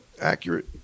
accurate